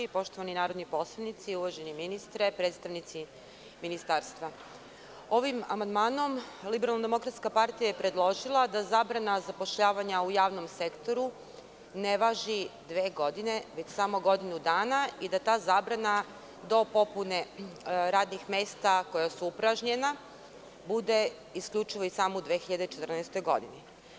Poštovani narodni poslanici, uvaženi ministre, predstavnici ministarstva, ovim amandmanom LDP je predložila da zabrana zapošljavanja u javnom sektoru ne važi dve godine, već samo godinu dana i da ta zabrana do popune radnih mesta koja su upražnjena bude isključivo i samo u 2014. godini.